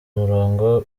umurongo